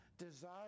desire